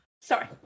sorry